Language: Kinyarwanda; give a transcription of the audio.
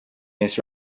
miss